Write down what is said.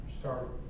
start